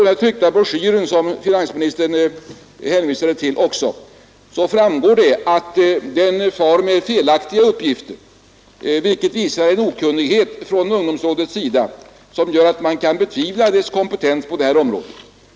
Den tryckta broschyren, som finansministern också hänvisade till, far med felaktiga uppgifter, vilket visar en okunnighet från ungdomsrådets sida som gör att man kan betvivla dess kompetens på det här området.